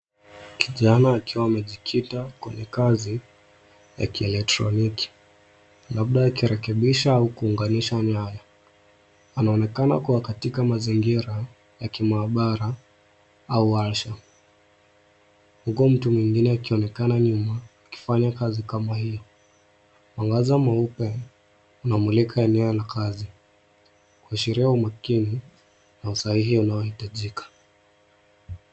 Kijana akiwa amejikita kwenye kazi ya kieletroniki, labda akirekebisha au kuunganisha nyaya. Anaonekana kuwa katika mazingira ya kimaabara au warsha, huku mtu mwingine akionekana nyuma akifanya kazi kama hii. Mwangaza mweupe unamulika eneo la kazi kuashiria umakini na usahihi unaohitajika.